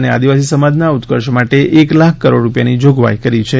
અને આદિવાસી સમાજના ઉત્કર્ષ માટે એક લાખ કરોડ રુપિયાની જોગવાઇ કરી છે